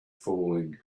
falling